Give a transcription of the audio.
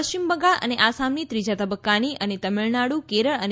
પશ્ચિમ બંગાળ અને આસામની ત્રીજા તબક્કાની અને તમિળનાડુ કેરળ અને